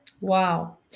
Wow